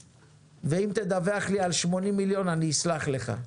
ואם תדווח לי על 80 מיליון אני אסלח לך,